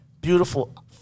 beautiful